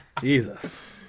Jesus